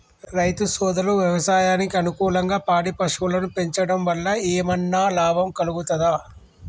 రైతు సోదరులు వ్యవసాయానికి అనుకూలంగా పాడి పశువులను పెంచడం వల్ల ఏమన్నా లాభం కలుగుతదా?